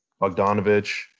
Bogdanovich